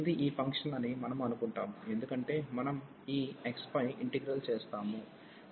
ఇది ఈ ఫంక్షన్ అని మనము అనుకుంటాము ఎందుకంటే మనం ఈ x పై ఇంటిగ్రల్ చేస్తాము